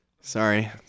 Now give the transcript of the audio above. Sorry